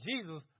Jesus